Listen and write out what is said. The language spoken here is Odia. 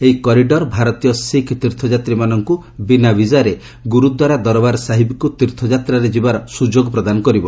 ଏହି କରିଡର ଭାରତୀୟ ଶିଖ ତୀର୍ଥଯାତ୍ରୀମାନଙ୍କୁ ବିନା ବିଙ୍ଗାରେ ଗୁରୁଦ୍ୱାରା ଦରବାର ସାହିବକୁ ତୀର୍ଥଯାତ୍ରାରେ ଯିବାର ସୁଯୋଗ ପ୍ରଦାନ କରିବ